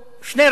אנדרוגינוס: